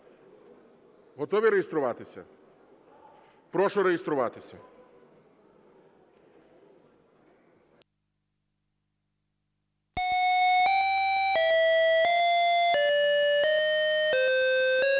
Готові реєструватися? Прошу реєструватися. 16:06:31